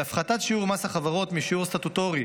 הפחתת שיעור מס החברות משיעור סטטוטורי